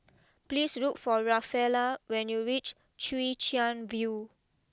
please look for Rafaela when you reach Chwee Chian view